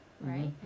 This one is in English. right